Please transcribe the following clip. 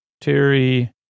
Terry